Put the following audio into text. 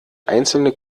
einzelne